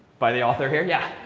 by the author here. yeah?